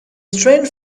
strange